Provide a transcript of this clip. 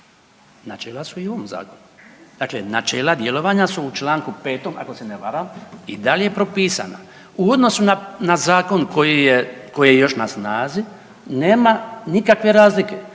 načela su i u ovom zakonu. Dakle, načela djelovanja su u Članku 5. ako se ne varam i dalje propisana. Uvodno su na zakon koji je, koji je još na snazi nema nikakve razlike.